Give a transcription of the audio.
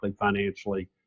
financially